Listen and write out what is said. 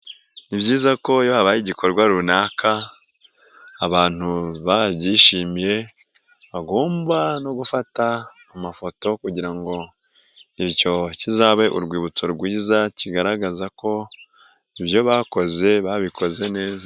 Ni byiza ko iyo habaye igikorwa runaka, abantu babyishimiye, bagomba no gufata amafoto, kugira ngo kizabe urwibutso rwiza kigaragaza ko ibyo bakoze babikoze neza.